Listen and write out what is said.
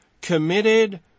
committed